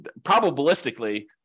probabilistically